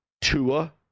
Tua